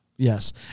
Yes